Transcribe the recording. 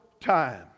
time